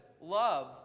love